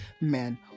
men